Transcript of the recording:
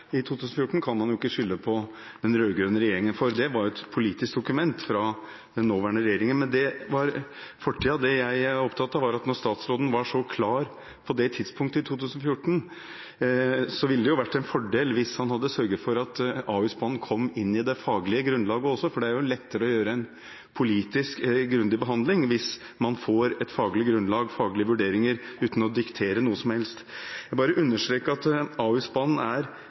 i 2014, kan man jo ikke gi den rød-grønne regjeringen skylden for. Det er et politisk dokument fra den nåværende regjeringen. – Men det er fortid. Det jeg er opptatt av, er at når statsråden var så klar på det tidspunktet, i 2014, ville det vært en fordel hvis han hadde sørget for at Ahusbanen kom inn i det faglige grunnlaget, for det er lettere å gjøre en grundig politisk behandling hvis man får et faglig grunnlag, faglige vurderinger, uten å diktere noe som helst. Jeg understreker at Ahusbanen er